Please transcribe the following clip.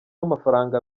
amafaranga